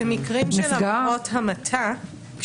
במקרים של עבירות המתה,